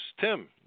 Tim